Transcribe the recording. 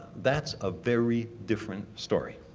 that's a very different story.